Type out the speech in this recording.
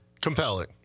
Compelling